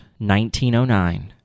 1909